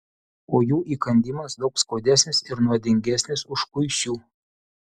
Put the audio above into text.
o jų įkandimas daug skaudesnis ir nuodingesnis už kuisių